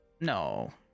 No